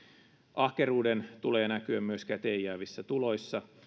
ahkeruuden tulee näkyä myös käteen jäävissä tuloissa